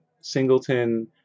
singleton